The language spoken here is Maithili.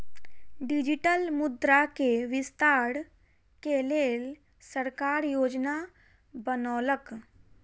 डिजिटल मुद्रा के विस्तार के लेल सरकार योजना बनौलक